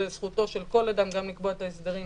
זכותו של כל אדם גם לקבוע את ההסדרים